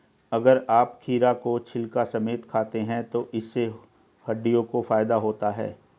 अगर आप खीरा को छिलका समेत खाते हैं तो इससे हड्डियों को फायदा होता है